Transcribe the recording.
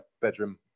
bedroom